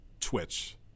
twitch